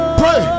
pray